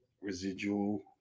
Residual